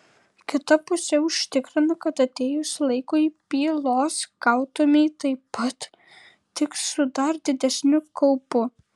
kita pusė užtikrina kad atėjus laikui pylos gautumei taip pat tik su dar didesniu kaupu